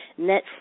Netflix